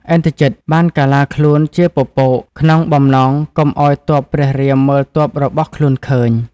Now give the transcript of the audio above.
ឥន្ទ្រជិត បានកាឡាខ្លួនជាពពកក្នុងបំណងកុំឱ្យទ័ពព្រះរាមមើលទ័ពរបស់ខ្លួនឃើញ។